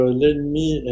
l'ennemi